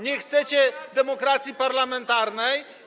Nie chcecie demokracji parlamentarnej.